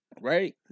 Right